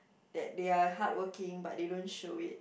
that they are hardworking but they don't show it